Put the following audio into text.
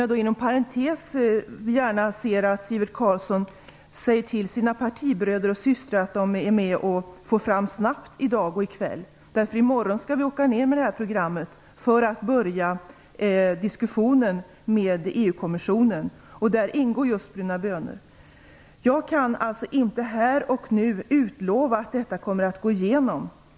Jag ser inom parentes sagt gärna att Sivert Carlsson säger till sina partibröder och systrar att de snabbt tar fram material i dag och i kväll. I morgon skall vi åka ned med programmet för att börja diskussionen med EU-kommissionen. Då ingår just frågan om odling av bruna bönor. Jag kan inte här och nu utlova att kraven kommer att gå igenom.